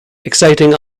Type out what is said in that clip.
exciting